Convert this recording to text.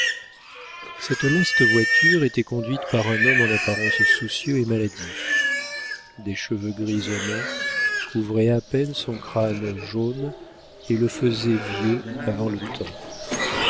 cette leste voiture était conduite par un homme en apparence soucieux et maladif des cheveux grisonnants couvraient à peine son crâne jaune et le faisaient vieux avant le temps